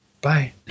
Bye